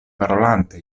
parolante